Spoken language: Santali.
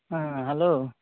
ᱦᱮᱸ ᱦᱮᱞᱳ